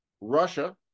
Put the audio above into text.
Russia